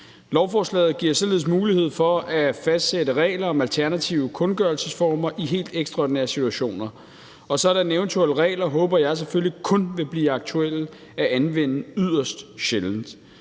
Lovforslaget giver således mulighed for at fastsætte regler om alternative kundgørelsesformer i helt ekstraordinære situationer. Sådanne eventuelle regler håber jeg selvfølgelig kun vil blive aktuelle at anvende yderst sjældent.